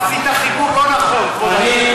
עשית חיבור לא נכון, כבוד היושב-ראש.